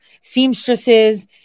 seamstresses